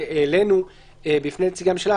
שהעלינו בפני נציגי הממשלה.